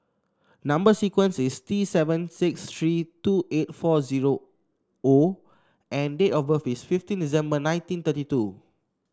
number sequence is T seven six three two eight four zero O and date of birth is fifteen December nineteen thirty two